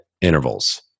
intervals